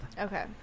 Okay